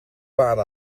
waren